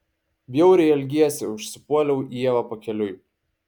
bjauriai elgiesi užsipuoliau ievą pakeliui